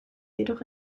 jedoch